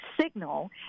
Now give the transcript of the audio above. signal